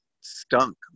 stunk